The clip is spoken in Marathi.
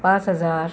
पाच हजार